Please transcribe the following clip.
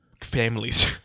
families